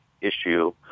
issue